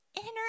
inner